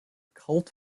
cult